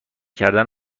کردن